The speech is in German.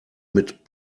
mit